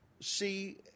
see